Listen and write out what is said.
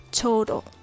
total